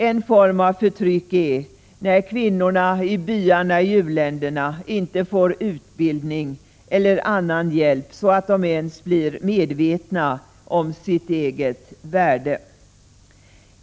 En form av förtryck är när kvinnorna i byarna i u-länderna inte får utbildning eller annan hjälp så att de ens blir medvetna om sitt eget värde.